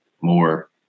more